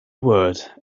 word